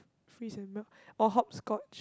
freeze and melt or hopscotch